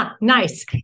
Nice